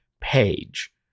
page